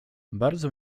bardzo